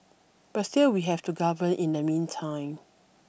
but still we have to govern in the meantime